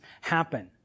happen